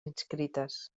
inscrites